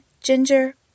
ginger